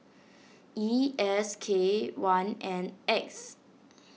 E S K one N X